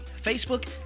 facebook